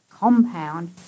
compound